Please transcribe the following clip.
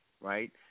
right